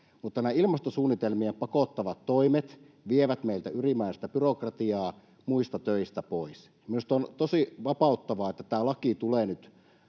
Mutta nämä ilmastosuunnitelmiin pakottavat toimet vievät meiltä ylimääräistä byrokratiaa muista töistä pois. Minusta on tosi vapauttavaa, että tämä laki tulee nyt